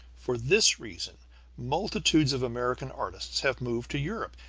for this reason multitudes of american artists have moved to europe,